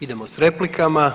Idemo sa replikama.